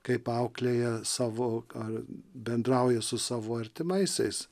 kaip auklėja savo ar bendrauja su savo artimaisiais